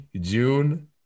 June